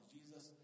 Jesus